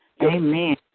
Amen